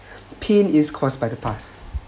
pain is caused by the past